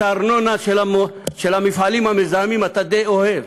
את הארנונה של המפעלים המזהמים אתה די אוהב.